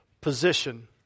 position